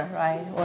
right